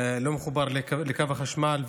לא מחוברים לקו החשמל,